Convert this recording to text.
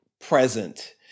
present